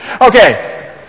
Okay